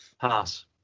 Pass